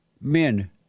men